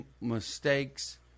mistakes